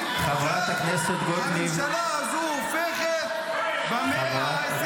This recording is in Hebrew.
הממשלה הזאת הופכת במאה ה-21.